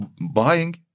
buying